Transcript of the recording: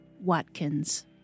Watkins